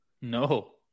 No